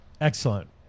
Excellent